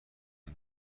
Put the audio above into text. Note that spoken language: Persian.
بهم